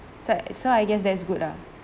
so so I guess that is good lah